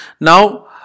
Now